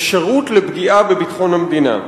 "אפשרות לפגיעה בביטחון המדינה".